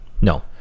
No